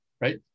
right